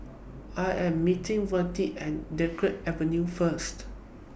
I Am meeting Virdie At Dunkirk Avenue First